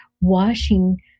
washing